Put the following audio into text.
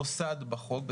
מוסד בחוק,